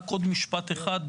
רק עוד משפט אחד,